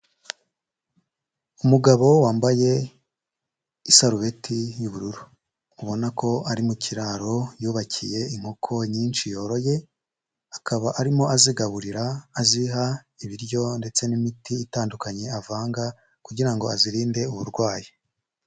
Umugabo wambaye isarubeti y'ubururu, ubona ko ari mu kiraro yubakiye inkoko nyinshi yoroye, akaba arimo azigaburira aziha ibiryo ndetse n'imiti itandukanye avanga kugira ngo azirinde uburwayi.